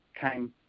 came